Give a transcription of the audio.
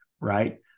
right